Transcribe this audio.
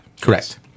Correct